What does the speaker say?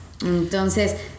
Entonces